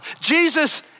Jesus